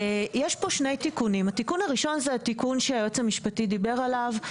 התיקון הראשון הוא זה שהיועץ המשפטי דיבר עליו,